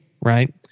right